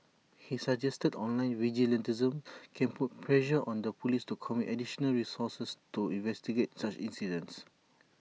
he suggested online vigilantism can put pressure on the Police to commit additional resources to investigate such incidents